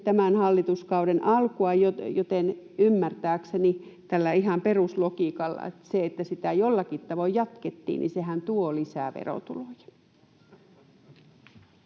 tämän hallituskauden alkua, joten ymmärtääkseni tällä ihan peruslogiikalla sehän, että sitä jollakin tavoin jatkettiin, tuo lisää verotuloja.